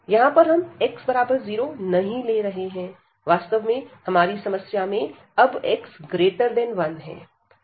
यहां पर हम x0 नहीं ले रहे हैं वास्तव में हमारी समस्या में अब x1 है